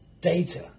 data